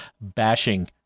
bashing